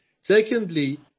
Secondly